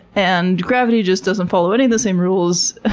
and gravity just doesn't follow any of the same rules.